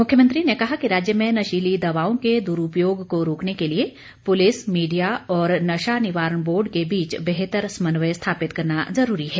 मुख्यमंत्री ने कहा कि राज्य में नशीली दवाओं के दुरूपयोग को रोकने के लिए पुलिस मीडिया और नशानिवारण बोर्ड के बीच बेहतर समन्वय स्थापित करना जरूरी है